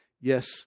Yes